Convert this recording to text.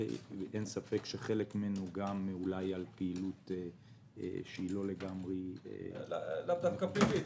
ואין ספק שחלק ממנו גם על פעילות שהיא לא לגמרי -- לאו דווקא פלילית.